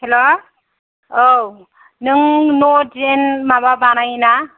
हेल' औ नों न' दिजेन माबा बानायो ना